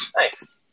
Nice